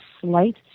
slight